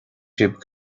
sibh